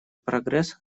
прогресс